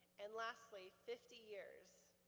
and lastly, fifty years.